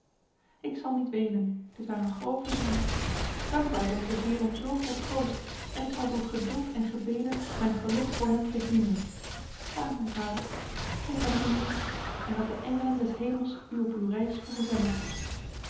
ik zal niet wenen dit waar een grove zonde dankbaar ben ik de heer om zoveel troost en ik zal door geduld en gebeden mijn geluk voor hem verdienen ga mijn vader geef mij nog een zoen en dat de engelen des hemels u op uw reis vergezellen